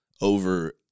over